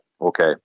okay